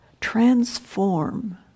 transform